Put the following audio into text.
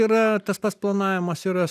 yra tas pats planavimas yra